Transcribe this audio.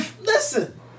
listen